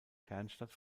kernstadt